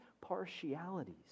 partialities